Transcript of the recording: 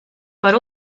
per